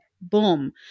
boom